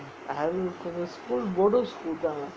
அது கொஞ்சம்:athu konjam school bodoh school தான்:thaan